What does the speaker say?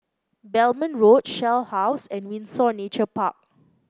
Belmont Road Shell House and Windsor Nature Park